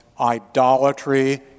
idolatry